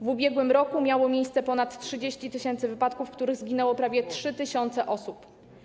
W ub.r. miało miejsce ponad 30 tys. wypadków, w których zginęło prawie 3 tys. osób.